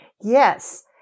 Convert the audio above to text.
Yes